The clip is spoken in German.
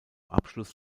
abschluss